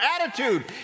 attitude